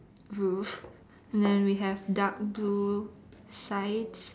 roof then we have dark blue sides